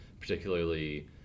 particularly